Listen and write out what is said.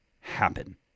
happen